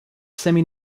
semi